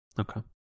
Okay